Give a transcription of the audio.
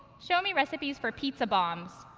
show me recipes for pizza bombs.